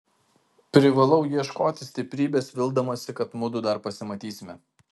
privalau ieškoti stiprybės vildamasi kad mudu dar pasimatysime